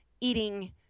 eating